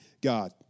God